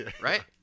right